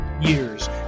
years